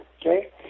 Okay